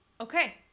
Okay